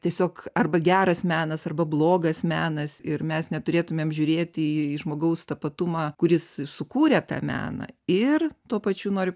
tiesiog arba geras menas arba blogas menas ir mes neturėtumėm žiūrėti į žmogaus tapatumą kuris sukūrė tą meną ir tuo pačiu nori